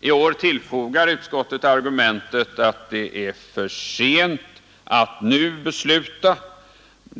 I år tillfogar utskottet argumentet att det är för sent att nu besluta.